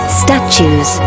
statues